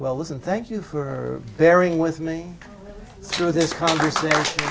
well listen thank you for bearing with me through this conversation